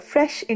Fresh